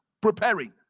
preparing